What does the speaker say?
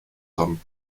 tom